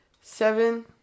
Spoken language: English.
seven